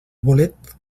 bolet